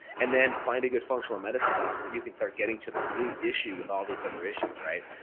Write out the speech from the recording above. and then, find a good functional medicine doc where you can start getting to the root issue with all these other issues, right?